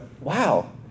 wow